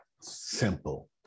Simple